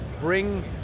bring